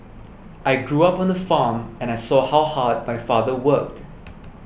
I grew up on a farm and I saw how hard my father worked